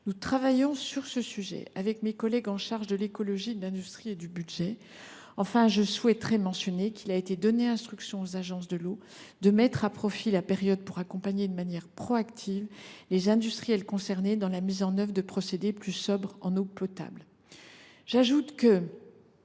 Nous travaillons sur ce sujet avec mes collègues chargés de l’écologie, de l’industrie et du budget. Enfin, je souhaite mentionner qu’il a été donné instruction aux agences de l’eau de mettre à profit la période pour accompagner de manière proactive les industriels concernés dans la mise en œuvre de procédés plus sobres en eau potable. Tout le